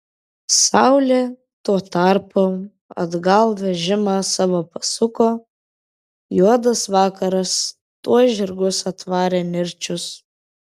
saulė tuo tarpu atgal vežimą savo pasuko juodas vakaras tuoj žirgus atvarė nirčius